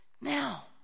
Now